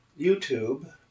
YouTube